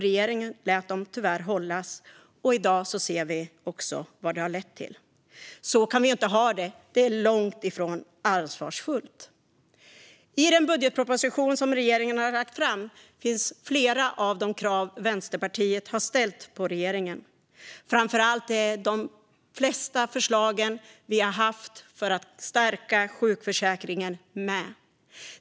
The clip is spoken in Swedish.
Regeringen lät tyvärr Centerpartiet hållas, och i dag ser vi vad det har lett till. Så kan vi inte ha det. Det är långt ifrån ansvarsfullt. I den budgetproposition som regeringen har lagt fram finns flera av de krav som Vänsterpartiet har ställt på regeringen. Framför allt är de flesta förslag vi har haft för att stärka sjukförsäkringen med.